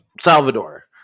Salvador